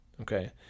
Okay